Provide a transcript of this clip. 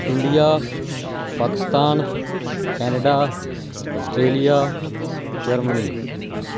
India Pakistan Canada Australia Germany